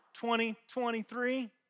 2023